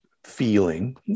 feeling